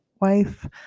wife